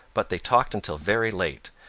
but they talked until very late,